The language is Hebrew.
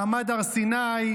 מעמד הר סיני,